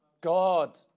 God